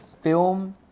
film